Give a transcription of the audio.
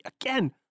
again